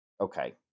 Okay